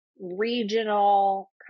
regional